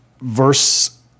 verse